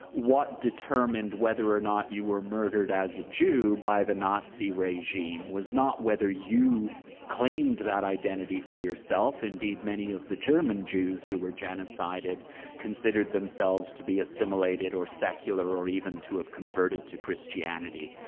what determined whether or not you were murdered as a jew by the nazi regime was not whether you claimed that identity for yourself. indeed, many of the german jews who were genocided considered themselves to be assimilated, or secular, or even to have converted to christianity.